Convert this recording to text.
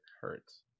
hurts